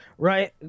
Right